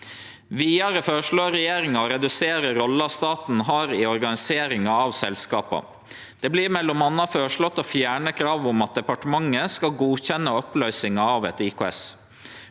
Vidare føreslår regjeringa å redusere rolla staten har i organiseringa av selskapa. Det vert m.a. føreslått å fjerne kravet om at departementet skal godkjenne oppløysinga av eit IKS.